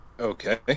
Okay